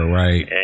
right